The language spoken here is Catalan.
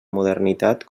modernitat